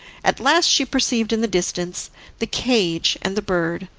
at last she perceived in the distance the cage and the bird,